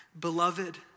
Beloved